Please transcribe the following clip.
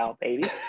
baby